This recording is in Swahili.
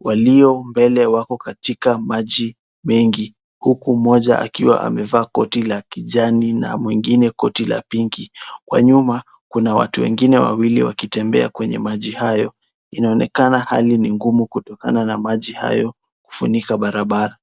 walio mbele wako katika maji mengi. Huku mmoja akiwa amevaa koti la kijani na mwingine, koti la pinki. Kwa nyuma, kuna watu wengine wawili wakitembea kwenye maji hayo. Inaonekana hali ni ngumu kutokana na maji hayo kufunika barabara.